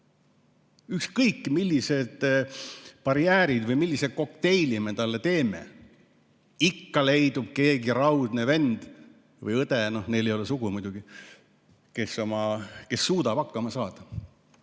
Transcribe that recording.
Ükskõik millised barjäärid või millise kokteili me talle teeme, ikka leidub mõni raudne vend või õde – neil ei ole sugu muidugi –, kes suudab hakkama saada.